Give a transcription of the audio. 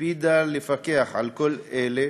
שהקפידה לפקח על כל אלה,